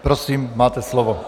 Prosím, máte slovo.